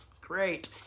Great